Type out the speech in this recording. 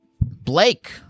Blake